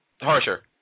harsher